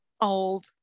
old